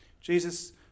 Jesus